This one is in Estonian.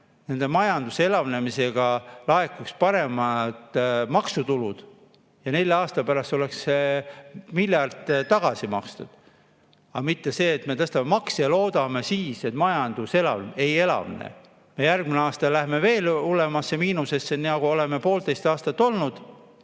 elavnenud. Majanduse elavnemisega laekuksid paremad maksutulud ja nelja aasta pärast oleks miljard tagasi makstud. Aga mitte nii, et me tõstame makse ja loodame siis, et majandus elavneb. Ei elavne! Me järgmisel aastal läheme veel hullemasse miinusesse, nagu oleme poolteist aastat olnud.